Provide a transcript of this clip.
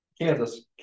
Kansas